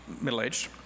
middle-aged